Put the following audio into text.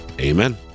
Amen